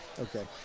Okay